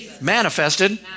manifested